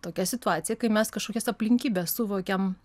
tokia situacija kai mes kažkokias aplinkybes suvokiam